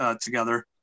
together